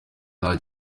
nta